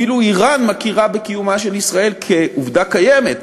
אפילו איראן מכירה בקיומה של מדינת ישראל כעובדה קיימת.